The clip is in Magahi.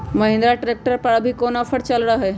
महिंद्रा ट्रैक्टर पर अभी कोन ऑफर चल रहा है?